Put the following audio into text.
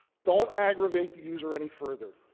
don't aggravate the user any further.